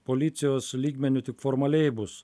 policijos lygmeniu tik formaliai bus